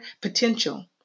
potential